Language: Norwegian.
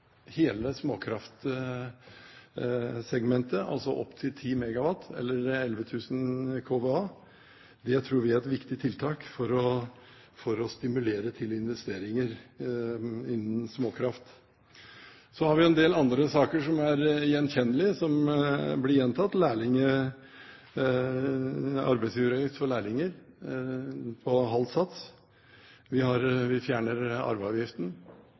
hele småkraftsegmentet, altså opp til 10 MW eller 11 000 kVA, tror vi er et viktig tiltak for å stimulere til investeringer innen småkraft. Så har vi en del andre saker som er gjenkjennelige, og som blir gjentatt: arbeidsgiveravgift for lærlinger får halv sats, vi fjerner arveavgiften – det tror vi